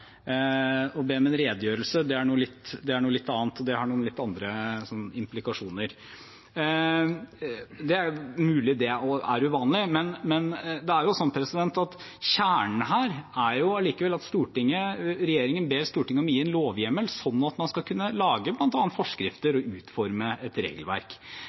Å be om en redegjørelse er noe litt annet. Det har noen litt andre implikasjoner. Det er mulig det er uvanlig, men kjernen her er likevel at regjeringen ber Stortinget gi en lovhjemmel, sånn at man skal kunne lage bl.a. forskrifter og utforme et regelverk,